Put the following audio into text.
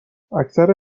اکثر